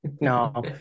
No